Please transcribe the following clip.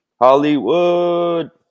Hollywood